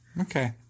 Okay